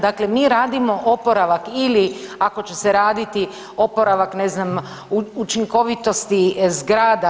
Dakle, mi radimo oporavak ili ako će se raditi oporavak ne znam učinkovitosti zgrada.